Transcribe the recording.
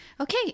Okay